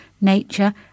nature